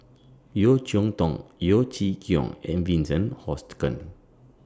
Yeo Cheow Tong Yeo Chee Kiong and Vincent Hoisington